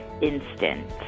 instant